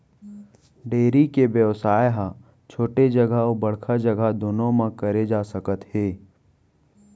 dairy के बेवसाय ह छोटे जघा अउ बड़का जघा दुनों म करे जा सकत हे